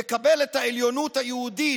יקבל את העליונות היהודית,